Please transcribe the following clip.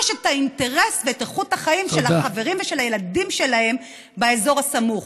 את האינטרס ואת איכות החיים של החברים ושל הילדים שלהם באזור הסמוך.